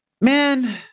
man